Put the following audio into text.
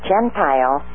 Gentile